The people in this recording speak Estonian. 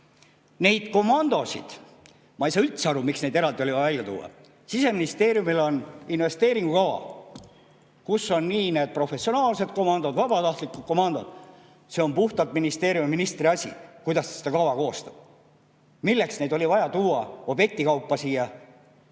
neid komandosid oli vaja eraldi välja tuua. Siseministeeriumil on investeeringukava, kus on nii need professionaalsed komandod kui ka vabatahtlikud komandod. See on puhtalt ministeeriumi ja ministri asi, kuidas ta seda kava koostab. Milleks neid oli vaja tuua objektide kaupa siia